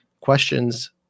questions